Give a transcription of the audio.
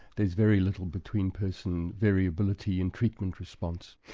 there's very little between-person variability in treatment response.